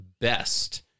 best